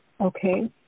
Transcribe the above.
okay